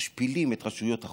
משפילים את רשויות החוק,